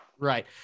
right